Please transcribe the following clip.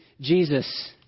Jesus